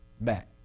back